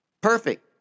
Perfect